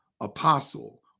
apostle